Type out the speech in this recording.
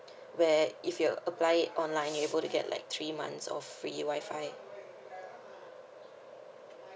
where if you apply it online you're going to get like three months or free WI-FI